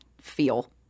feel